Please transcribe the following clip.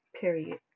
Period